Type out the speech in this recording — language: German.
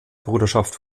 bruderschaft